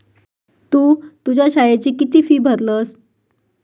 तु तुझ्या शाळेची किती फी भरलस?